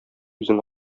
үзең